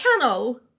channel